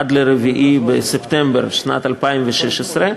עד 4 בספטמבר 2016,